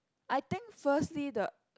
I think firstly the